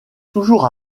toujours